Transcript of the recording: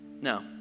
No